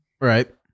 right